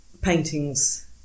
paintings